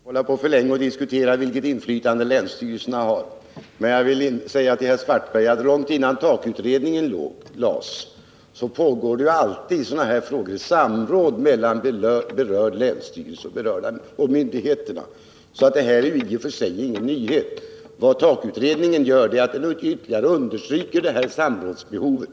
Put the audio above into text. Fru talman! Vi kanske inte längre skall diskutera vilket inflytande länsstyrelserna har, men jag vill säga till herr Svartberg att långt innan TAK-utredningens förslag lades fram pågick det, som alltid i sådana här frågor, samråd mellan berörd länsstyrelse och myndigheterna. Detta är alltså i och för sig ingen nyhet. Vad TAK-utredningen gör är att den ytterligare understryker samrådsbehovet.